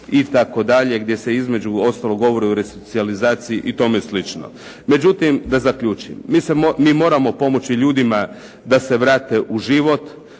itd. gdje se između ostalog govori o resocijalizaciji i tome slično. Međutim, da zaključim. Mi moramo pomoći ljudima da se vrate u život.